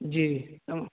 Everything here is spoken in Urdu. جی